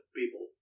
people